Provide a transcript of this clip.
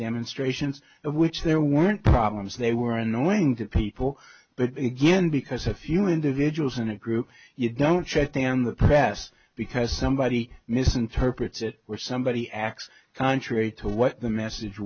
demonstrations of which there weren't problems they were annoying to people but again because a few individuals in a group you don't shut down the press because somebody misinterprets it or somebody acts contrary to what the message